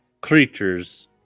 creatures